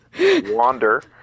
wander